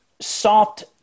soft